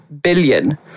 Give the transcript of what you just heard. billion